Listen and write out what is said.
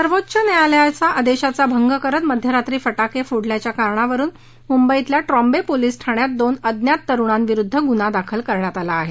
सर्वोच्च न्यायालयाच्या आदेशाचा भंग करत मध्यरात्री फटाके फोडल्याच्या कारणावरून मुंबईतल्या ट्रॉम्बे पोलिस ठाण्यात दोन अज्ञात तरुणांविरूद्ध गुन्हा दाखल करण्यात आला आहे